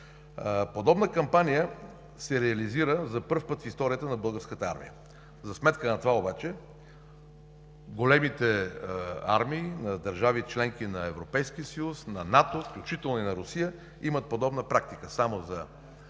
Подобна кампания се реализира за пръв път в историята на българската армия. За сметка на това обаче, големите армии на държави – членки на Европейския съюз, на НАТО, включително и на Русия, имат подобна практика. За